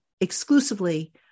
exclusively